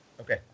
Okay